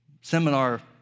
seminar